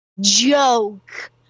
joke